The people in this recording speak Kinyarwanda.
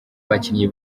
bakinnyi